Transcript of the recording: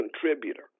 contributor